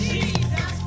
Jesus